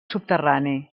subterrani